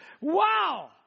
wow